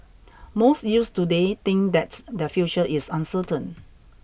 most youths today think that their future is uncertain